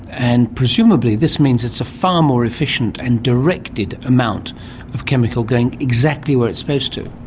and presumably this means it's a far more efficient and directed amount of chemical going exactly where it's supposed to.